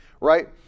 right